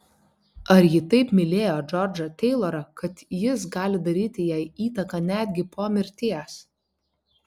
ar ji taip mylėjo džordžą teilorą kad jis gali daryti jai įtaką netgi po mirties